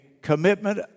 commitment